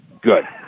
Good